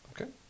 Okay